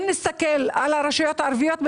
אם נסתכל על הרשויות הערביות,